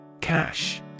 Cash